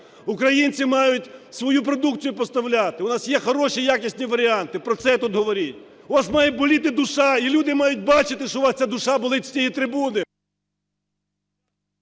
Українці мають свою продукцію поставляти, у нас є хороші якісні варіанти, про це тут говоріть. У вас має боліти душа і люди мають бачити, що у вас ця душа болить, з цієї трибуни…